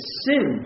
sin